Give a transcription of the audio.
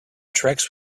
tracks